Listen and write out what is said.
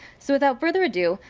so without further ado,